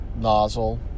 nozzle